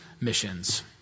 missions